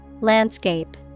Landscape